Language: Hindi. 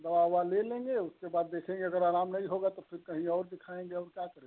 दवा उवा ले लेंगे उसके बाद देखेंगे अगर आराम नहीं होगा तो फिर कहीं और दिखाएँगे और क्या करेंगे